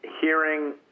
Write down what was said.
hearing